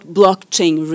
blockchain